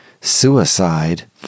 suicide